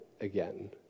again